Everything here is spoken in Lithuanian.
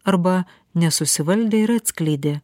arba nesusivaldė ir atskleidė